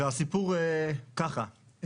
הסיפור הוא כזה,